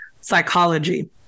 psychology